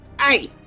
Hey